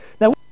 Now